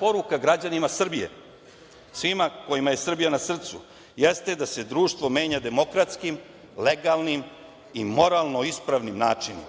poruka građanima Srbije, svima kojima je Srbija na srcu, jeste da se društvo menja demokratskim, legalnim i moralno ispravnim načinom